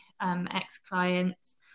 ex-clients